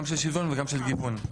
גם של שוויון וגם של גיוון.